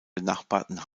benachbarten